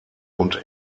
und